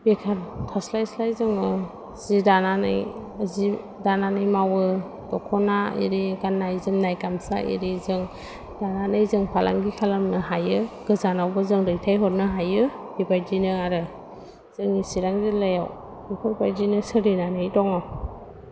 बेखार थास्लाय स्लाय जोङो जि दानानै जि दानानै मावयो दख'ना इरि गान्नाय जोमनाय गामसा इरिजों दानानै जों फालांगि खालामनो हायो गोजानावबो जों दैथाय हरनो हायो बेबायदिनो आरो जोंनि चिरां जिल्लायाव बेफोर बायदिनो सोलिनानै दङ